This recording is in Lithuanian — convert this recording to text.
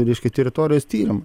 reiškia teritorijos tyrimą